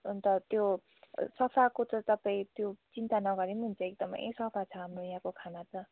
अन्त त्यो सफाको त तपाईँ त्यो चिन्ता नगरे पनि हुन्छ एकदमै सफा छ हाम्रो यहाँको खाना त